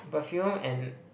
perfume and